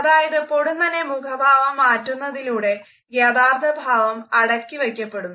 അതായത് പൊടുന്നനെ മുഖഭാവം മാറ്റുന്നതിലൂടെ യഥാർത്ഥ ഭാവം അടക്കിവയ്ക്കപ്പെടുന്നു